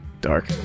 Dark